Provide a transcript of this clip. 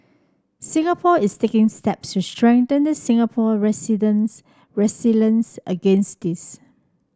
Singapore is taking steps to strengthen the Singapore residents resilience against this